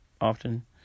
often